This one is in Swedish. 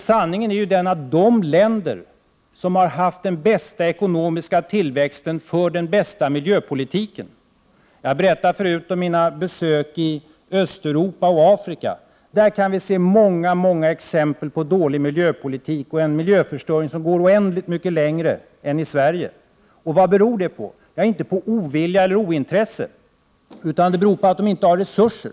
Sanningen är ju den att de länder som har haft den bästa ekonomiska tillväxten också för den bästa miljöpolitiken. Jag berättade förut om mina besök i Östeuropa och Afrika. Där kan man se många, många exempel på en dålig miljöpolitik och på en miljöförstöring som går oändligt mycket längre än i Sverige. Vad beror det på? Ja, inte på ovilja eller ointresse, utan på att det inte finns resurser.